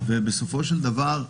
ובסופו של דבר,